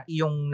yung